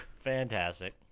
Fantastic